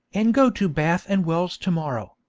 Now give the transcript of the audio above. and go to bath and wells to-morrow,